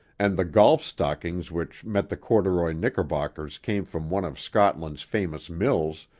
and the golf-stockings which met the corduroy knickerbockers came from one of scotland's famous mills,